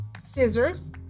Scissors